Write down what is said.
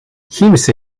chemische